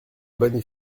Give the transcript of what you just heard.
bonne